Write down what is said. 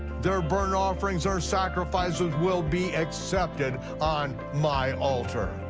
their burnt offerings or sacrifices will be accepted on my altar,